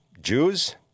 Jews